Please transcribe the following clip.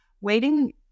waiting